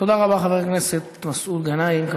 תודה רבה, חבר הכנסת מסעוד גנאים.